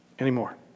Anymore